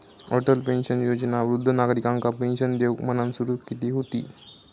Atal pension योजना वृद्ध नागरिकांका पेंशन देऊक म्हणान सुरू केली हुती